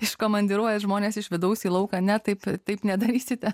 iš komandiruotės žmonės iš vidaus į lauką ne taip taip nedarysite